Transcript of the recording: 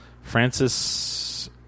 Francis